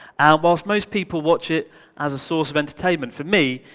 whilst most people watch it as a source of entertainment, for me,